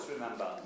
remember